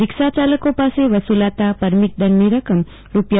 રિક્ષાચાલકો પાસે વસુલાતા પરમીટ દંડની રકમ રૂા